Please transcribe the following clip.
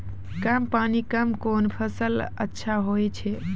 कम पानी म कोन फसल अच्छाहोय छै?